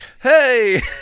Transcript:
hey